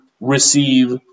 receive